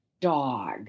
dog